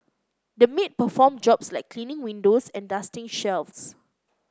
the maid performed jobs like cleaning windows and dusting shelves